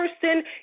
person